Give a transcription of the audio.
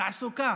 תעסוקה,